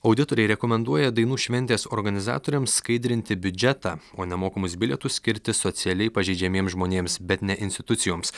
auditoriai rekomenduoja dainų šventės organizatoriams skaidrinti biudžetą o nemokamus bilietus skirti socialiai pažeidžiamiems žmonėms bet ne institucijoms